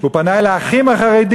הוא פנה אל האחים החרדים,